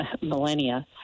millennia